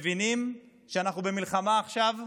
מבינים שאנחנו במלחמה עכשיו,